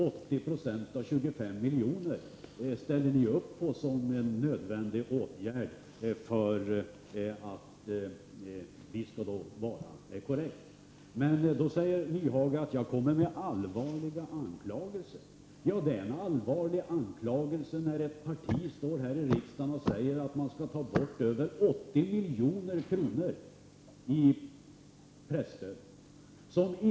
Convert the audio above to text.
80 20 av 25 milj.kr. ställer ni er bakom som en nödvändig åtgärd. Men då säger Hans Nyhage att jag för fram allvarliga anklagelser. Ja, det är allvarligt när man från ett parti här i riksdagen för fram att man skall ta bort över 80 milj.kr. i presstöd.